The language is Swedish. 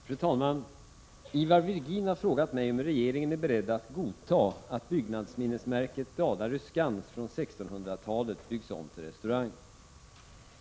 Fru talman! Ivar Virgin har frågat mig om regeringen är beredd att godta att byggnadsminnesmärket Dalarö Skans från 1600-talet byggs om till restaurang.